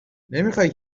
نمیخای